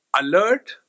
alert